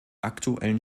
aktuellen